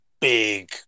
big